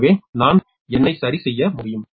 எனவே நான் என்னை சரிசெய்ய முடியும்